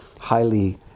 highly